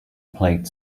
played